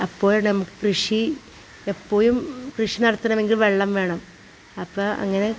അപ്പോഴാണ് നമുക്ക് കൃഷി എപ്പോഴും കൃഷി നടത്തണമെങ്കിൽ വെള്ളം വേണം അപ്പോൾ അങ്ങനെ